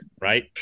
right